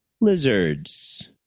lizards